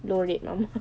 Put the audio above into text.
lorek mama